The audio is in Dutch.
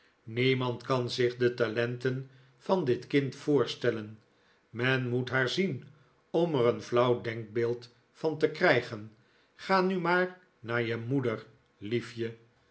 niemand kan zich de talenten van dit kind voorstellen men moet haar zien om er een flauw denkbeeld van te krijgen ga nu maar naar je moeder liefje